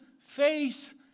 face